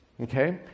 okay